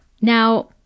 Now